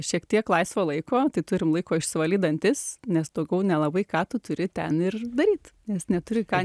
šiek tiek laisvo laiko tai turim laiko išsivalyt dantis nes daugiau nelabai ką tu turi ten ir daryt nes neturi ką